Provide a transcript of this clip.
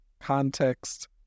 context